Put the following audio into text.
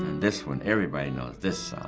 this one, everybody knows this